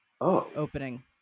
opening